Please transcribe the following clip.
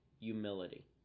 humility